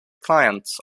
clients